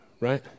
right